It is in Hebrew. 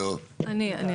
בבקשה.